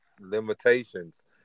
limitations